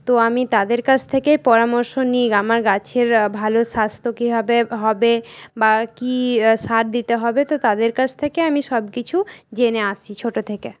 তো আমি তাদের কাছ থেকেই পরামর্শ নিই আমার গাছের ভালো স্বাস্থ্য কীভাবে হবে বা কী সার দিতে হবে তো তাদের কাছ থেকে আমি সবকিছু জেনে আসছি ছোটো থেকে